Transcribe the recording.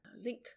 link